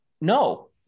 no